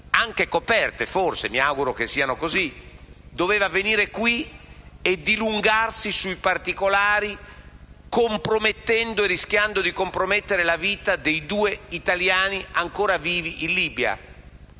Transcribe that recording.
anche coperte (mi auguro che siano così), doveva forse venire in questa sede e dilungarsi sui particolari, compromettendo o rischiando di compromettere la vita dei due italiani ancora vivi in Libia?